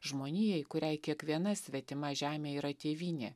žmonijai kuriai kiekviena svetima žemė yra tėvynė